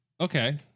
okay